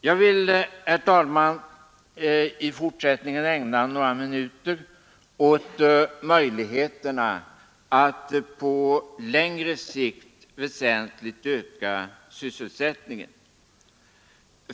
Jag vill, herr talman, ägna några minuter av mitt anförande åt möjligheterna att på längre sikt väsentligt öka sysselsättningen.